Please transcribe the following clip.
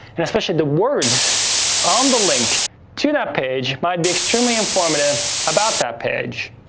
and especially the words on the link to that page might be extremely informative about that page.